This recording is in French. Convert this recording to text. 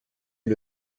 est